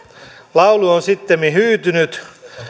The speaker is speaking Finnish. laulu on sittemmin hyytynyt